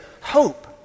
hope